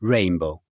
Rainbow